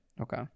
Okay